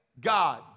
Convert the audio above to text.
God